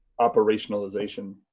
operationalization